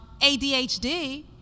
ADHD